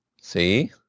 See